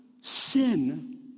sin